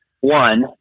One